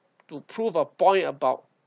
to prove a point about